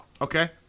Okay